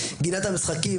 גינת המשחקים,